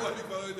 אני כבר לא יודע.